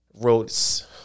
Wrote